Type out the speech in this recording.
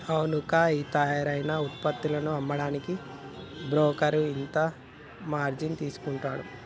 అవునక్కా ఈ తయారైన ఉత్పత్తులను అమ్మడానికి బోకరు ఇంత మార్జిన్ తీసుకుంటాడు